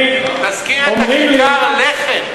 תזכיר את כיכר הלחם.